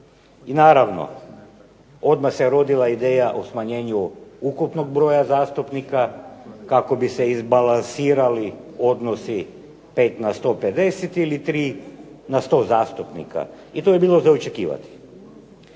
I naravno, odmah se rodila ideja o smanjenju ukupnog broja zastupnika kako bi se izbalansirali odnosi 5 na 150 ili 3 na 100 zastupnika i to je bilo za očekivati.